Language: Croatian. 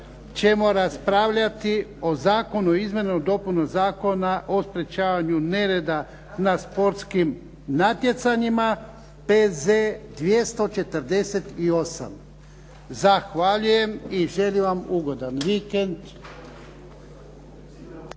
ćemo raspravljati o Zakonu o izmjenama i dopunama Zakona o sprječavanju nereda na sportskim natjecanjima, P.Z. br. 248. Zahvaljujem i želim vam ugodan vikend.